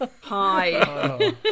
hi